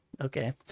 okay